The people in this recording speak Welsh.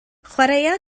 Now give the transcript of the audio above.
chwaraea